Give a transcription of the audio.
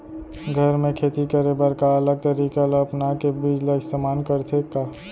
घर मे खेती करे बर का अलग तरीका ला अपना के बीज ला इस्तेमाल करथें का?